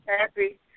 happy